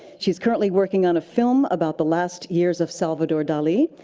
she's currently working on a film about the last years of salvador dali.